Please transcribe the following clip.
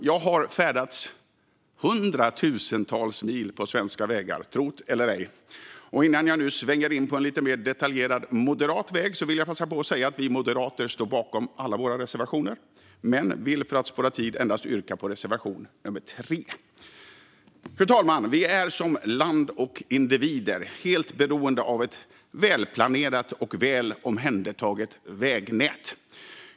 Jag har färdats hundratusentals mil på svenska vägar; tro det eller ej. Innan jag svänger in på en lite mer detaljerad moderat väg vill jag passa på att säga att vi moderater står bakom alla våra reservationer men för att spara tid vill yrka bifall endast till reservation nummer 3. Fru talman! Vi är som land och individer helt beroende av ett välplanerat och väl omhändertaget vägnät.